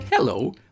Hello